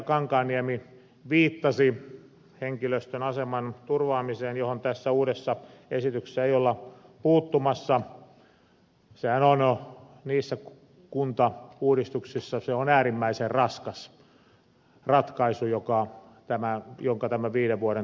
kankaanniemi viittasi henkilöstön aseman turvaamiseen johon tässä uudessa esityksessä ei olla puuttumassa sehän on niissä kuntauudistuksissa äärimmäisen raskas ratkaisu jonka tämä viiden vuoden turva tuo